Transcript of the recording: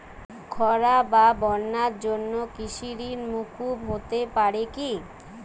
খরা বা বন্যার জন্য কৃষিঋণ মূকুপ হতে পারে কি?